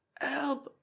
help